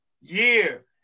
year